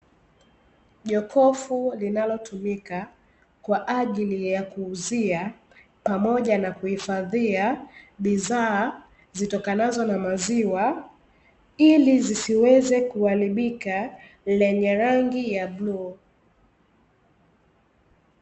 Jokofu linalo tumika kwaajili ya kuuzia pamoja na kuhifadhia bidhaa, zitokanazo na maziwa, ili zisiweze kuharibika lenye rangi ya bluu.